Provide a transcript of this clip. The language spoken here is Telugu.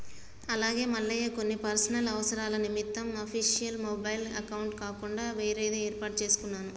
అలాగే మల్లయ్య కొన్ని పర్సనల్ అవసరాల నిమిత్తం అఫీషియల్ మొబైల్ అకౌంట్ కాకుండా వేరేది ఏర్పాటు చేసుకున్నాను